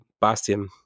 Bastion